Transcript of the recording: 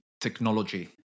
technology